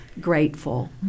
grateful